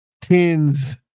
tens